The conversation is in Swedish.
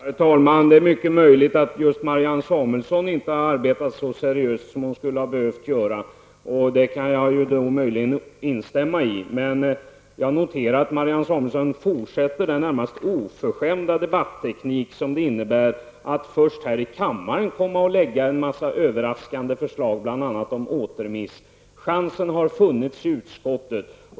Herr talman! Det är mycket möjligt att just Marianne Samuelsson inte har arbetat så seriöst som hon skulle ha behövt göra. Jag kan möjligen instämma i det. Jag noterar att Marianne Samuelsson fortsätter den närmast oförskämda debatteknik det innebär att först här i kammaren komma med en massa överraskande förslag, bl.a. om återremiss. Chansen har funnits i utskottet.